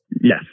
Yes